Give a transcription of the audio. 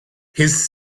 his